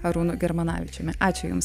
arūnu germanavičiumi ačiū jums